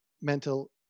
mental